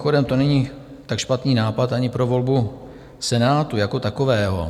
Mimochodem, to není tak špatný nápad ani pro volbu Senátu jako takového.